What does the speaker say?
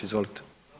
Izvolite.